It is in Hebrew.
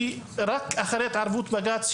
שרק לאחר התערבות בג״ץ,